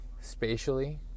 spatially